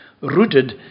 Rooted